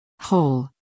Whole